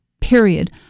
period